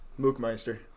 Mookmeister